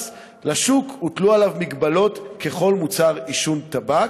לשוק הוטלו עליו מגבלות ככל מוצר עישון טבק?